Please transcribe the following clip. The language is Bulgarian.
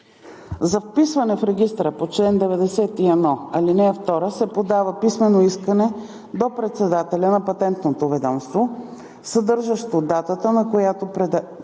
За вписване в регистъра по чл. 91, ал. 2 се подава писмено искане до председателя на Патентното ведомство, съдържащо датата, на която подателят